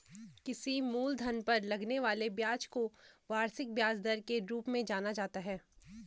किसी मूलधन पर लगने वाले ब्याज को वार्षिक ब्याज दर के रूप में जाना जाता है